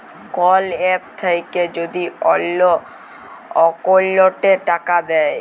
call app থাক্যে যদি অল্লো অকৌলটে টাকা দেয়